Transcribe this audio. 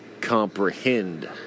comprehend